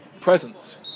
presence